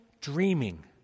dreaming